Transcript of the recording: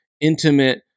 intimate